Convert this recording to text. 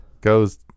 goes